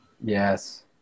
Yes